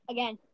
Again